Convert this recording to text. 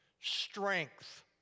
strength